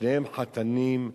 שניהם חתנים,